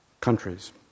countries